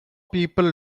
people